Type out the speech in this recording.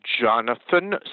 Jonathan